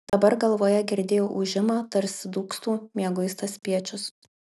dabar galvoje girdėjo ūžimą tarsi dūgztų mieguistas spiečius